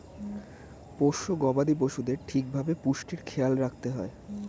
পোষ্য গবাদি পশুদের ঠিক ভাবে পুষ্টির খেয়াল রাখতে হয়